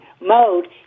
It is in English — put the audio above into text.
mode